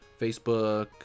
Facebook